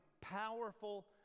powerful